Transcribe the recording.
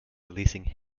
releasing